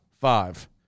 five